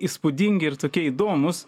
įspūdingi ir tokie įdomūs